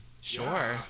Sure